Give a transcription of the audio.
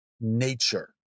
nature